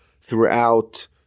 throughout